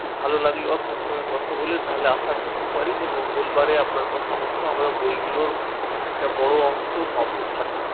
খুব ভালো লাগল আপনার সঙ্গে কথা বলে তাহলে আশা করতে পারি মঙ্গলবারে আপনার কথা মত আমরা বই গুলোর একটা বড় অংশ পাব হাতে